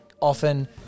often